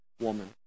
woman